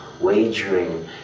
wagering